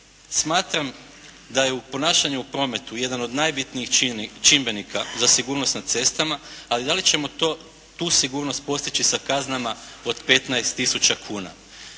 Smatram da je u ponašanju u prometu jedan od najbitnijih čimbenika za sigurnost na cestama, ali da li ćemo tu sigurnost postići sa kaznama od 15 tisuća kuna.